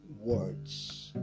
words